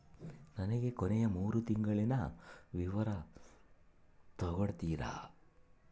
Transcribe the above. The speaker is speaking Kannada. ನನಗ ಕೊನೆಯ ಮೂರು ತಿಂಗಳಿನ ವಿವರ ತಕ್ಕೊಡ್ತೇರಾ?